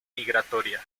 migratoria